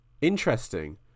Interesting